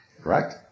Correct